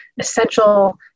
essential